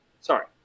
Sorry